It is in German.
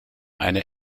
eine